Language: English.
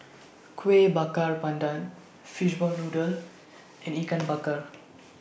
Kuih Bakar Pandan Fishball Noodle and Ikan Bakar